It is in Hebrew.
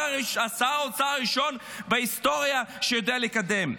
האוצר הראשון בהיסטוריה שיודע לקדם.